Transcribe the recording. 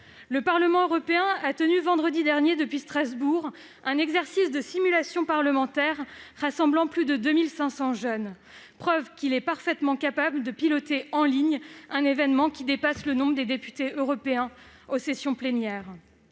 Le Parlement européen a tenu vendredi dernier, depuis Strasbourg, un exercice de simulation parlementaire rassemblant plus de 2 500 jeunes, preuve qu'il est parfaitement capable de piloter en ligne un événement qui dépasse le nombre de députés européens participant aux sessions plénières.